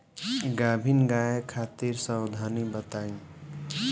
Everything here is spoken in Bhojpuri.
गाभिन गाय खातिर सावधानी बताई?